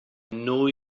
know